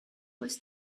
was